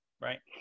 right